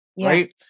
Right